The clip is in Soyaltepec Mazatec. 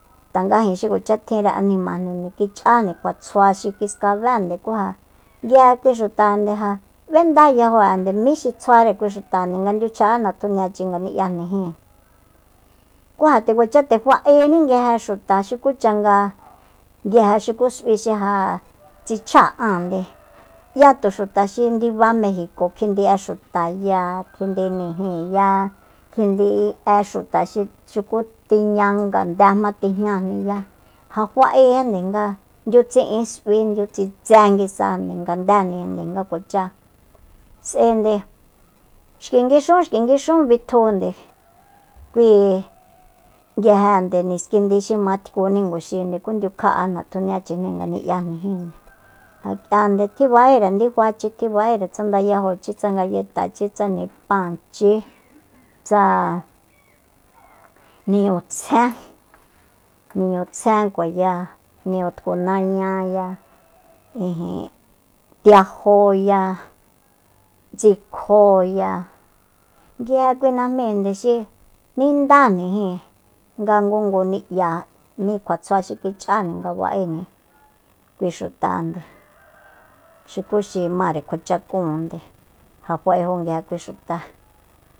Tanga jin xi kuacha tjinre animajni kich'ajni kjua tsjua xi kiskabe ku ja nguije kui xutajande ja b'endá yajo'ende mí xi tsjuare kui xutande nga nduichja'a natjuniachi nagani'yajni jíin ku ja nde kuacha nde fa'éni xuta xukucha nga nguije xuku s'ui xi ja tsichjáa áande 'ya tu xuta xi ndiba mejico kjindi'e xuta ya kjindijnijinya kjindi'e xuta xi xuku tiña ngande jma tijñajniya ja fa'ejande nga ndiutsi'in s'ui ndiutsitsé nguisa ngandéjninde nga kuacha s'aende xki nguixun xki nguixun bitjunde kui nguijende niskindi xi matku ninguxinde ku ndiukja'a natjuniachijni k'ui ngani'yajnijinde ja kíande tjiba'ére ndifachi tjiba'ére tsa ndayajochi tsa ngayetachi tsa nipáanchi tsa niñutsjén niñutsjenkuaya tku nañaya ijin tiajóya ndsikjoya nguije kui najmíinde xi nindájnijin nga ngu ngu ni'ya mí kjua tsjua xi kich'ajni nga ba'ejni kui xutande xukuxi máre kjua chakúunde ja fa'ejo nguije kui xuta